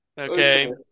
okay